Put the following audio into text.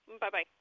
Bye-bye